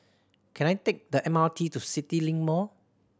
can I take the M R T to CityLink Mall